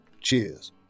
Cheers